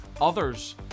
others